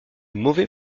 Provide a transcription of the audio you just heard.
mauvais